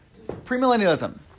premillennialism